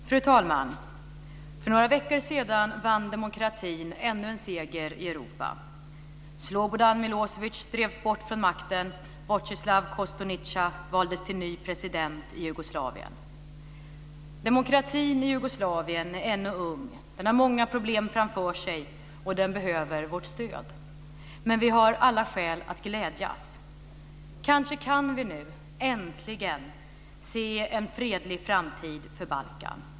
Fru talman! För några veckor sedan vann demokratin ännu en seger i Europa. Slobodan Milosevic drevs bort från makten och Vojislav Kostunica valdes till ny president i Jugoslavien. Demokratin i Jugoslavien är ännu ung, har många problem framför sig och behöver vårt stöd. Men vi har alla skäl att glädjas. Kanske kan vi nu äntligen se en fredlig framtid för Balkan.